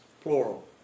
plural